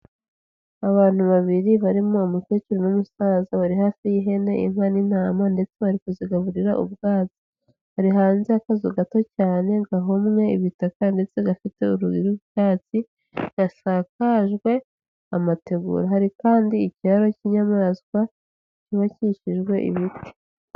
Abantu babiri barimo umukecuru n'umusaza, bari hafi y'ihene, inka n'intama ndetse bari kuzigaburira ubwatsi, bari hanze y'akazu gato cyane gahomye ibitaka ndetse gafite urugi rw'icyatsi, gasakajwe amategura. Hari kandi ikiraro cy'inyamaswa cyubakishijwe ibiti.